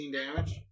damage